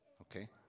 Okay